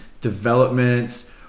developments